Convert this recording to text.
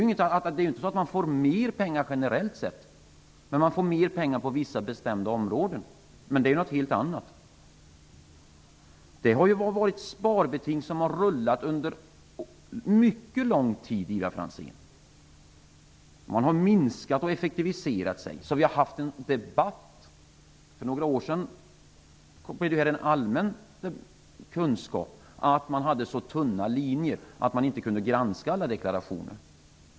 Man får inte mer pengar generellt sett, men man får mer pengar på vissa bestämda områden. Det är någonting helt annat. Det har varit sparbeting som har rullat under mycket lång tid, Ivar Franzén. Man har effektiviserat sig. Vi hade en debatt för några år sedan allmänt om kunskap, att man hade så tunna linjer att man inte kunde granska alla deklarationer.